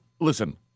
Listen